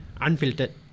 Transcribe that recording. unfiltered